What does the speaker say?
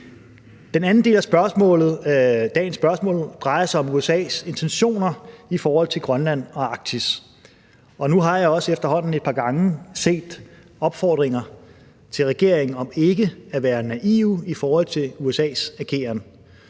dagens spørgsmål drejer sig om USA's intentioner i forhold til Grønland og Arktis. Og nu har jeg også efterhånden et par gange set opfordringer til regeringen om ikke at være naiv i forhold til USA's ageren.